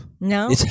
No